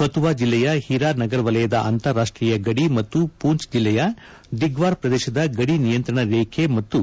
ಕತುವಾ ಜಿಲ್ಲೆಯ ಹಿರಾ ನಗರ್ ವಲಯದ ಅಂತಾರಾಷ್ಟೀಯ ಗಡಿ ಮತ್ತು ಪೂಂಚ್ ಜಿಲ್ಲೆಯ ದಿಗ್ವಾರ್ ಪ್ರದೇಶದ ಗದಿ ನಿಯಂತ್ರಣ ರೇಖೆ ಮತ್ತು